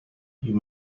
you